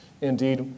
Indeed